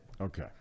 Okay